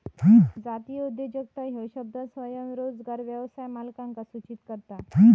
जातीय उद्योजकता ह्यो शब्द स्वयंरोजगार व्यवसाय मालकांका सूचित करता